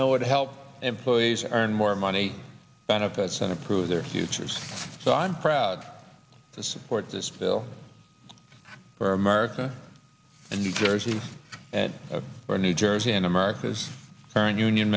and would help employees earn more money benefits and improve their futures so i'm proud to support this bill for america and new jersey or new jersey and america's current union